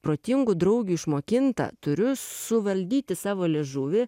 protingų draugių išmokinta turiu suvaldyti savo liežuvį